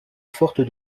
forte